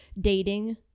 dating